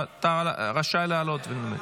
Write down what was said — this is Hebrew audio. אתה רשאי לעלות ולנמק.